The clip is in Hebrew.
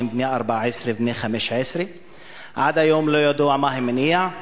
שהם בני 14 ובני 15. עד היום לא ידוע מה המניע.